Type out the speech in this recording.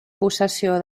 possessió